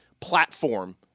platform